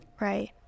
Right